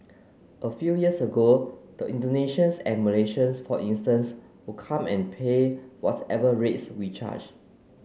a few years ago the Indonesians and Malaysians for instance would come and pay whatever rates we charged